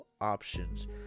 options